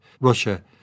Russia